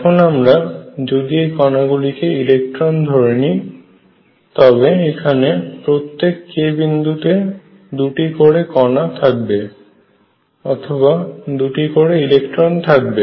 এখন আমরা যদি এই কনা গুলিকে ইলেকট্রন ধরি তবে এখানে প্রত্যেক k বিন্দুতে দুটি করে কণা থাকবে অথবা দুটি করে ইলেকট্রন থাকবে